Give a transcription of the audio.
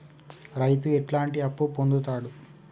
రైతు ఎట్లాంటి అప్పు పొందుతడు?